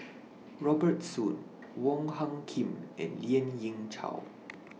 Robert Soon Wong Hung Khim and Lien Ying Chow